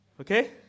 Okay